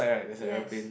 yes